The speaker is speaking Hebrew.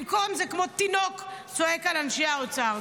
במקום זה, כמו תינוק צועק על אנשי האוצר.